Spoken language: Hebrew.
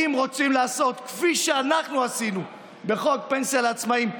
אם רוצים לעשות כפי שאנחנו עשינו בחוק פנסיה לעצמאים,